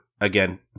again